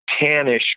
tannish